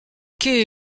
quai